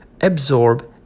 absorb